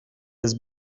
his